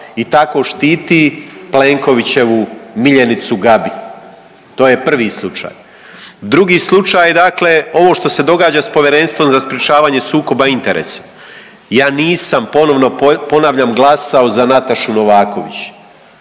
i tako štiti Plenkovićevu miljenicu Gabi. To je prvi slučaj. Drugi slučaj dakle ovo što se događa s Povjerenstvom za sprječavanje sukoba interesa, ja nisam ponovno ponavljam glasao za Natašu Novaković